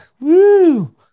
Woo